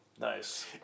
Nice